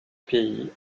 pays